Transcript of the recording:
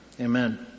Amen